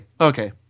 Okay